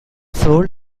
sol